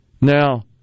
Now